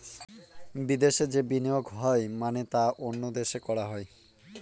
বিদেশে যে বিনিয়োগ হয় মানে তা অন্য দেশে করা হয়